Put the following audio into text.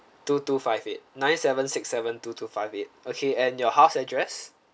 two two five eight nine seven six seven two two five eight okay and your house address